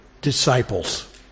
Disciples